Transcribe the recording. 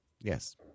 Yes